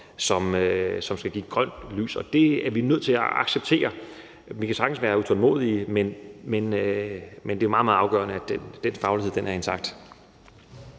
som skal give grønt lys – og det er vi nødt til at acceptere. Vi kan sagtens være utålmodige, men det er meget, meget afgørende, at den faglighed er intakt.